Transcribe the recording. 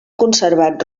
conservat